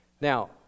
Now